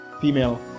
female